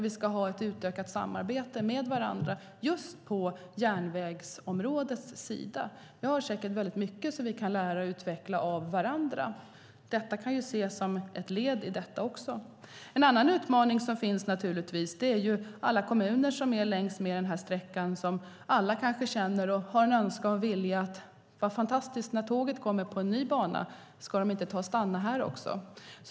Vi ska ha ett utökat samarbete med varandra just på järnvägsområdet. Det finns säkert mycket vi kan lära oss av varandra och utveckla. Avtalet kan ses som ett led i detta. En annan utmaning är naturligtvis den önskan och vilja som alla kommuner längs den här sträckan har: Vad fantastiskt när tåget kommer på en ny bana! Ska det inte stanna här också?